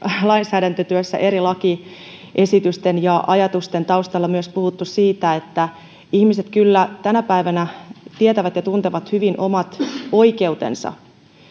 lainsäädäntötyössä eri lakiesitysten ja ajatusten taustalla myös puhuttu siitä että ihmiset kyllä tänä päivänä tietävät ja tuntevat hyvin omat oikeutensa